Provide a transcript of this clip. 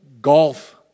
Golf